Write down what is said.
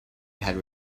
had